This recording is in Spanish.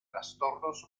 trastornos